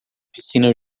piscina